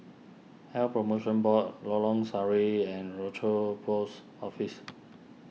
Health Promotion Board Lorong Sari and Rochor Post Office